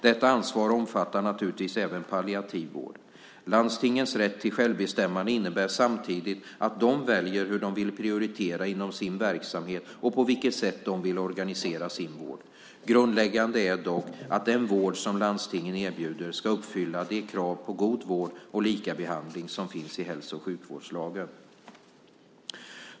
Detta ansvar omfattar naturligtvis även palliativ vård. Landstingens rätt till självbestämmande innebär samtidigt att de väljer hur de vill prioritera inom sin verksamhet och på vilket sätt de vill organisera sin vård. Grundläggande är dock att den vård som landstingen erbjuder ska uppfylla de krav på god vård och likabehandling som finns i hälso och sjukvårdslagen.